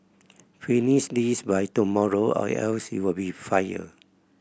finish this by tomorrow or else you'll be fired